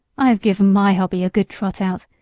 i have given my hobby a good trot out,